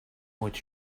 what